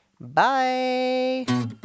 Bye